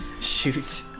Shoot